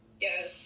Yes